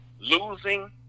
losing